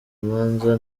manza